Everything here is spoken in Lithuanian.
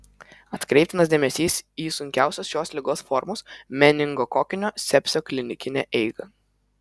atkreiptinas dėmesys į sunkiausios šios ligos formos meningokokinio sepsio klinikinę eigą